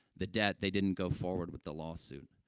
the debt, they didn't go forward with the lawsuit,